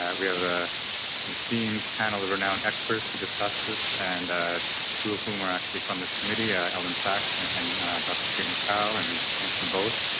ah we have ah an esteemed panel of renowned experts to discuss this and two of whom are actually from the committee, yeah elyn saks and dr. clayton chau and we thank them both.